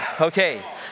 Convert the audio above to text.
Okay